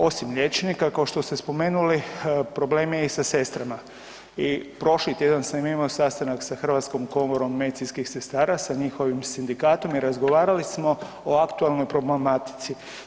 Osim liječnika kao što ste spomenuli, problem je i sa sestrama i prošli tjedan sam imao sastanak sa Hrvatskom komorom medicinskih sestara sa njihovim sindikatom i razgovarali smo o aktualnoj problematici.